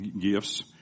gifts